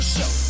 Show